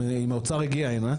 אם האוצר הגיע הנה.